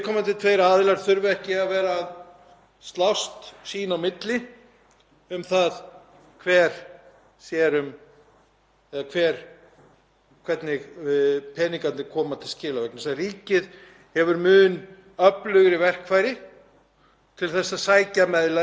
hvernig peningarnir komast til skila vegna þess að ríkið hefur mun öflugri verkfæri til að sækja meðlagið til meðlagsgreiðandans en nokkurn tímann meðlagsþeginn. En breytum þessari uppsetningu aðeins.